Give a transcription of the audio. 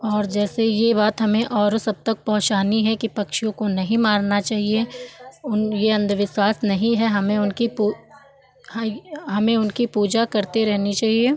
और जैसे यह बात हमें औरों सब तक पहुँचानी है कि पक्षियों को नहीं मारना चहिए उन यह अन्धविश्वास नहीं है हमें उनकी हँ यह हमें उनकी पूजा करती रहनी चाहिए